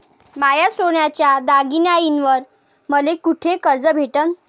माया सोन्याच्या दागिन्यांइवर मले कुठे कर्ज भेटन?